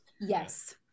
Yes